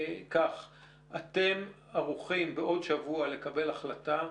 אתם ערוכים בעוד שבוע לקבל החלטה,